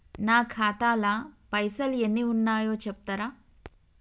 నా ఖాతా లా పైసల్ ఎన్ని ఉన్నాయో చెప్తరా?